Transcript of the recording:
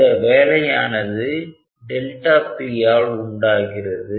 இந்த வேலையானது pஆல் உண்டாகிறது